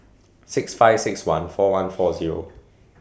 six five six one four one four Zero